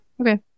Okay